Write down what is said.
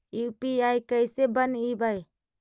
UPI कैसे बनइबै?